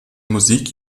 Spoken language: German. musik